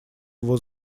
его